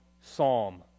psalm